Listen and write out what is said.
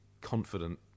confident